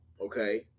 okay